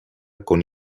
con